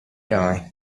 guy